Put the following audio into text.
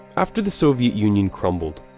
after the soviet union crumbled,